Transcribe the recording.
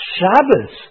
Shabbos